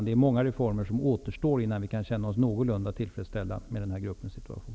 Det är många reformer som återstår innan vi kan känna oss någorlunda tillfredsställda med den här gruppens situation.